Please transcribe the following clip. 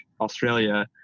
Australia